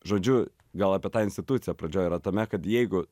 žodžiu gal apie tą instituciją pradžioj yra tame kad jeigu